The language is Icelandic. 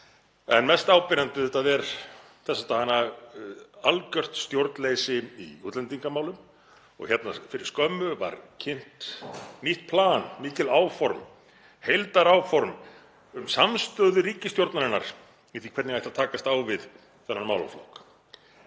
Mest áberandi er auðvitað þessa dagana algjört stjórnleysi í útlendingamálum. Fyrir skömmu var kynnt nýtt plan, mikil áform, heildaráform um samstöðu ríkisstjórnarinnar í því hvernig ætti að takast á við þennan málaflokk.